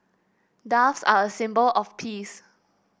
doves are a symbol of peace